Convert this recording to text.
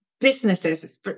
businesses